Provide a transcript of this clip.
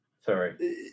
sorry